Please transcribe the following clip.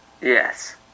Yes